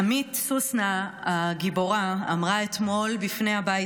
עמית סוסנה הגיבורה אמרה אתמול בפני הבית